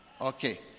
Okay